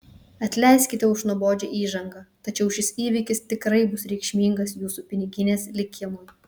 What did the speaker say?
atleiskite už nuobodžią įžangą tačiau šis įvykis tikrai bus reikšmingas jūsų piniginės likimui